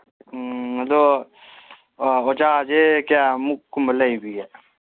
ꯎꯝ ꯑꯗꯣ ꯑꯣꯖꯥꯁꯦ ꯀꯌꯥꯃꯨꯛꯀꯨꯝꯕ ꯂꯩꯕꯤꯒꯦ